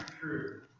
true